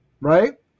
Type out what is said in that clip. right